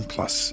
Plus